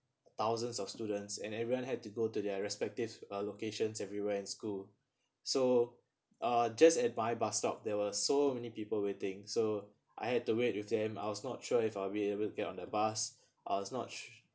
thousands of students and everyone had to go to their respective uh locations everywhere in school so uh just at by bus stop there were so many people waiting so I had to wait with them I was not sure if I‘ll be able to get on the bus I was not